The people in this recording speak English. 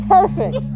Perfect